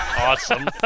Awesome